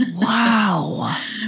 Wow